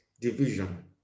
division